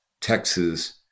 Texas